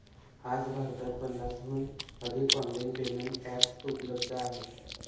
आज भारतात पन्नासहून अधिक ऑनलाइन पेमेंट एप्स उपलब्ध आहेत